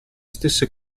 stesse